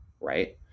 right